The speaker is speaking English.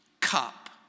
cup